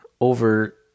over